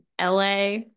la